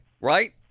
right